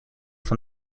van